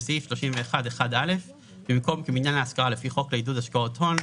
בסעיף 31(1א) במקום "כבניין להשכרה לפי חוק לעידוד השקעות הון,